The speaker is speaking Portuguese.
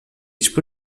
tipo